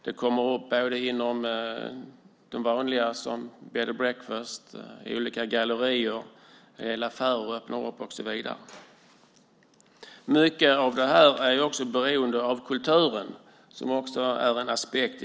Det kan vara bed and breakfast , gallerier och affärer. Mycket är beroende av kulturen. Det är också en aspekt.